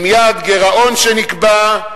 עם יעד גירעון שנקבע,